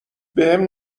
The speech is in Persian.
بهم